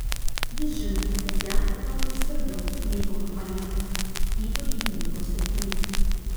jis žino kad jav europai svarbiau nei europa jav ypač gynybos srityje